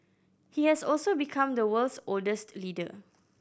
he has also become the world's oldest leader